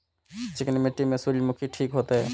चिकनी मिट्टी में सूर्यमुखी ठीक होते?